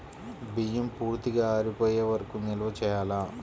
బియ్యం పూర్తిగా ఆరిపోయే వరకు నిల్వ చేయాలా?